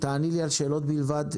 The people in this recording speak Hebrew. תעני לי על שאלות בלבד.